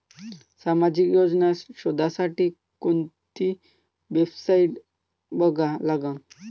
सामाजिक योजना शोधासाठी कोंती वेबसाईट बघा लागन?